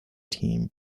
team